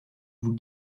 vous